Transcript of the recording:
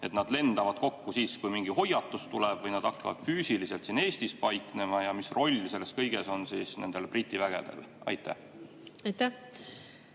ja nad lendavad kokku siis, kui mingi hoiatus tuleb, või nad hakkavad füüsiliselt siin Eestis paiknema? Ja mis roll selles kõiges on nendel Briti vägedel? Aitäh,